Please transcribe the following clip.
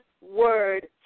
word